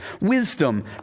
Wisdom